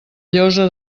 llosa